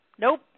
Nope